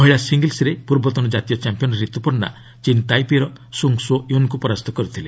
ମହିଳା ସିଙ୍ଗଲ୍ରେ ପୂର୍ବତନ ଜାତୀୟ ଚାମ୍ପିୟମଡ଼ ରିତୁପର୍ଷା ଚୀନ୍ ତାଇପେଇର ସୁଙ୍ଗ୍ ସୋ ୟୁନ୍ଙ୍କୁ ପରାସ୍ତ କରିଥିଲେ